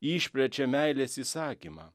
išplečia meilės įsakymą